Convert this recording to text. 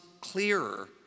clearer